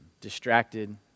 distracted